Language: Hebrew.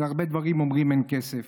להרבה דברים אומרים "אין כסף".